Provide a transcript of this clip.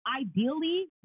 ideally